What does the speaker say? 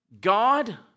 God